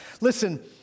Listen